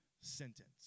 sentence